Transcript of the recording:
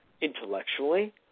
intellectually